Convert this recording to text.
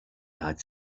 had